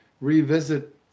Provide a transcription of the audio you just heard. revisit